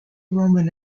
roman